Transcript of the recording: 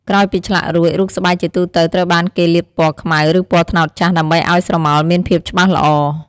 ក្រោយពីឆ្លាក់រួច រូបស្បែកជាទូទៅត្រូវបានគេលាបពណ៌ខ្មៅ ឬពណ៌ត្នោតចាស់ ដើម្បីឱ្យស្រមោលមានភាពច្បាស់ល្អ។